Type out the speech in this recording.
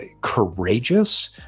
courageous